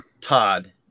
Todd